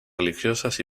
religiosas